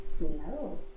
No